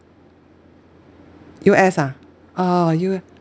U_S ah oh U_S